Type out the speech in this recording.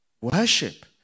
Worship